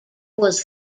was